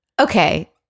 Okay